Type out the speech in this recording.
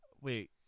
Wait